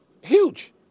Huge